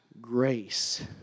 grace